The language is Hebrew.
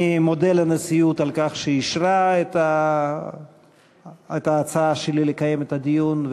אני מודה לנשיאות על כך שאישרה את ההצעה שלי לקיים את הדיון,